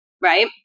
right